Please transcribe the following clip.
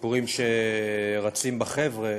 הסיפורים שרצים אצל החבר'ה,